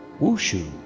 Wushu